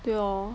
对咯